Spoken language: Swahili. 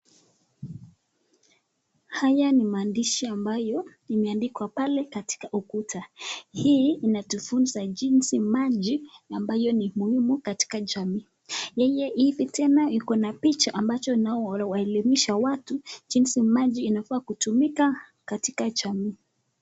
Haya ni maandishi ambayo imeandikwa pale katika ukuta, hii inatufunza jinsi maji ambayo ni muhimu katika jamii. Ili tena iko na picha ambalo linawaelimisha watu jinsi maji inafaa kutumika katika jamii.